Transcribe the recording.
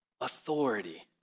authority